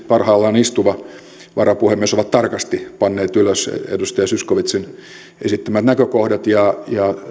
parhaillaan istuva varapuhemies ovat tarkasti panneet ylös edustaja zyskowiczin esittämät näkökohdat ja